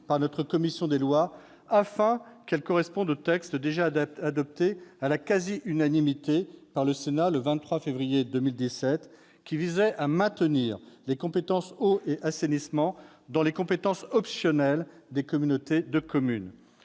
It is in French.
par notre commission des lois, afin qu'elle corresponde au texte déjà adopté à la quasi-unanimité par le Sénat le 23 février 2017, texte qui visait à maintenir les compétences « eau » et « assainissement » dans les compétences optionnelles des communautés de communes.